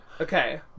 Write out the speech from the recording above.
Okay